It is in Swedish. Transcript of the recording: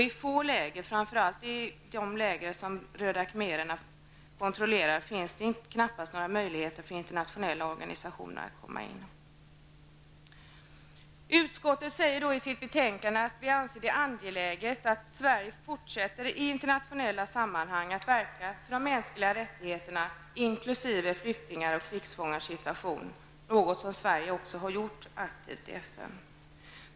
I få läger, framför allt inte i dem som röda khmererna kontrollerar, finns det möjligheter för internationella organisationer att komma in. Utskottet säger i betänkandet att det är angeläget att Sverige i internationella sammanhang fortsätter att verka för de mänskliga rättigheterna, inkl. flyktingars och krigsfångars situation, något som Sverige aktivt har gjort i FN.